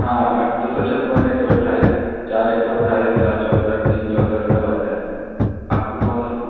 हाँ आठ दो सौ छप्पन एक सौ अट्ठाईस चार एक सौ अट्ठाईस चार चौंसठ तीन चौंसठ सब आते हैं आपको कौनसा फ़ोन